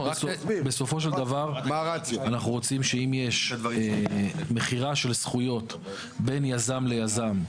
בסופו של דבר אנחנו רוצים שאם יש מכירה של זכויות בין יזם ליזם,